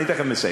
אני תכף מסיים.